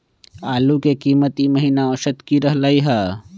आलू के कीमत ई महिना औसत की रहलई ह?